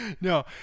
No